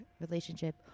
relationship